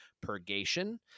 purgation